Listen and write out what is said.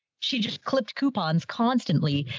she just clipped coupons constantly.